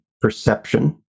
perception